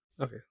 Okay